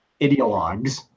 ideologues